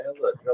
Look